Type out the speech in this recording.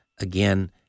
again